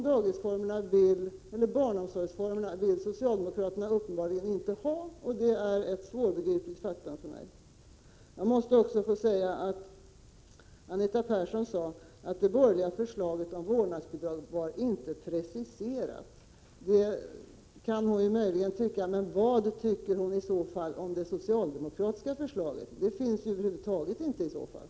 De barnomsorgsformerna vill socialdemokraterna uppenbarligen inte ha, och det är ett svårbegripligt faktum för mig. Anita Persson sade att det borgerliga förslaget om vårdnadsbidrag inte var preciserat. Det kan hon ju möjligen tycka, men vad tycker hon i så fall om det socialdemokratiska förslaget? Det finns över huvud taget inte i så fall.